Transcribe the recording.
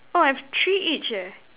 oh I have three each eh